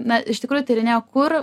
na iš tikrųjų tyrinėjo kur